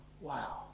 Wow